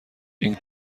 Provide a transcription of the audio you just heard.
این